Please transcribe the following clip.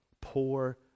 poor